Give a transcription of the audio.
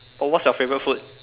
oh what's your favourite food